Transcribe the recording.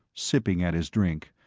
sipping at his drink,